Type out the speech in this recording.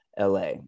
LA